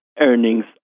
earnings